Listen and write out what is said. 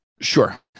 Sure